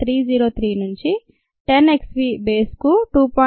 303 నుంచి 10 x v base కు 2